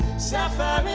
sapphire